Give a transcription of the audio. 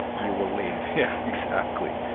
you will leave. yeah, exactly.